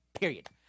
period